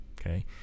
Okay